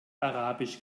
arabisch